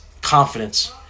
confidence